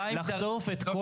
לחשוף את כל